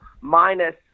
minus